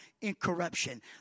incorruption